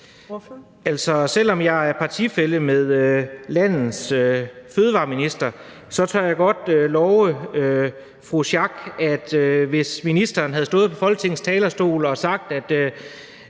selv om jeg er partifælle med landets fødevareminister, tør jeg godt love fru Louise Schack Elholm, at hvis ministeren havde stået på Folketingets talerstol og sagt,